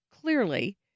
clearly